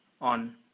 on